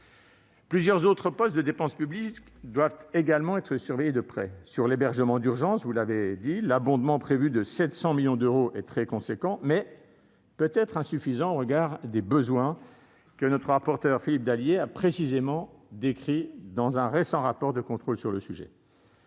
Plusieurs autres postes de dépenses publiques doivent également être surveillés de près. Sur l'hébergement d'urgence, l'abondement prévu de 700 millions d'euros est très important, mais peut-être insuffisant au regard des besoins que le rapporteur spécial Philippe Dallier a précisément décrits dans un récent rapport de contrôle sur le sujet.